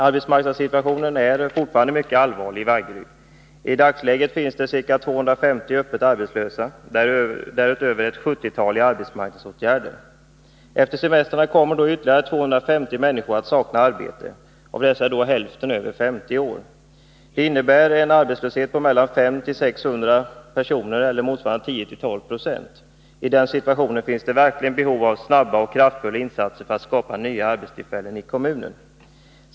Arbetsmarknadssituationen är fortfarande mycket allvarlig i Vaggeryd. I dagsläget finns ca 250 öppet arbetslösa och därutöver ett sjuttiotal i arbetsmarknadsåtgärder. Efter semestrarna kommer ytterligare 250 människor att sakna arbete. Av dessa är hälften över 50 år. Det innebär en arbetslöshet på 500-600 personer, eller 10-12 96. I den situationen finns det verkligen behov av snabba och kraftfulla insatser för att skapa nya arbetstillfällen i kommunen.